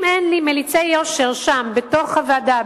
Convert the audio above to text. אם אין לי מליצי יושר שם בתוך הוועדה,